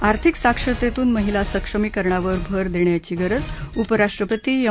आर्थिक साक्षरतेतून महिला सक्ष्मीकरणावर भर देण्याची गरज उपराष्ट्रपतील एम